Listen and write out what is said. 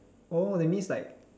oh that means like